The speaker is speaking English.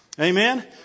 Amen